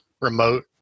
remote